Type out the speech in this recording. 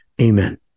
Amen